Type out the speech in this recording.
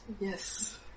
Yes